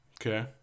Okay